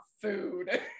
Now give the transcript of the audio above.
food